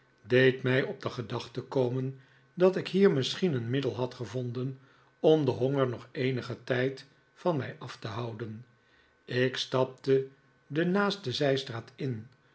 deed mij op de gedachte komen dat ik hier misschien een middel had gevonden om den honger nog eenigen tijd van mij af te houden ik stapte de naaste zijstraat in